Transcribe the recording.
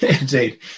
Indeed